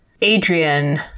Adrian